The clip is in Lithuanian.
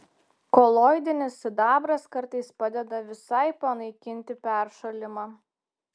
koloidinis sidabras kartais padeda visai panaikinti peršalimą